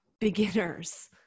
beginners